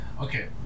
Okay